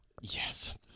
Yes